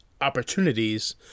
opportunities